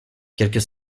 quelques